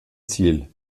ziel